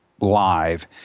live